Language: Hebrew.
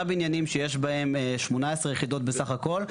בניינים שיש בהן 18 יחידות בסך הכל,